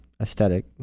aesthetic